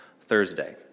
Thursday